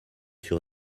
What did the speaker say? sur